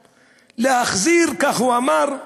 להחזיר, כך הוא אמר,